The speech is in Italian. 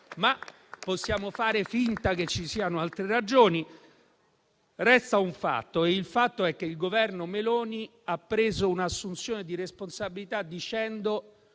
Possiamo fare finta che ci siano altre ragioni, ma resta il fatto che il Governo Meloni ha fatto un'assunzione di responsabilità dicendo